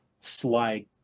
slide